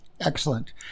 Excellent